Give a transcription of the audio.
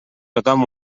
tothom